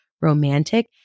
romantic